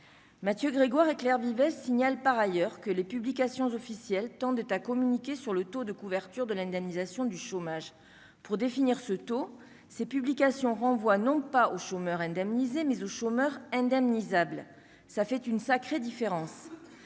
Mathieu Grégoire vivait signale par ailleurs que les publications officielles tant de ta communiqué sur le taux de couverture de l'indemnisation du chômage pour définir ce taux ces publications renvoi non pas aux chômeurs indemnisés mais aux chômeurs indemnisables, ça fait une sacrée différence